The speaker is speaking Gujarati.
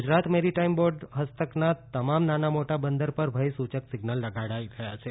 ગુજરાત મેરીટાઈમ બોર્ડનાં હસ્તક તમામ નાનાં મોટાં બંદર પર ભયસૂચક સિઝનલ લગાડાઈ રહ્યા છે